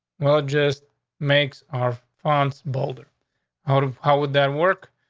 well, it just makes our fonts boulder out of how would that work?